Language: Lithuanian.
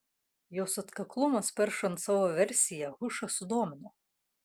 jos atkaklumas peršant savo versiją hušą sudomino